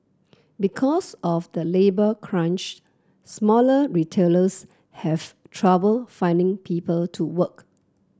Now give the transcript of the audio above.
because of the labour crunch smaller retailers have trouble finding people to work